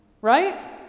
Right